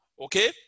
Okay